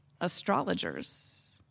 astrologers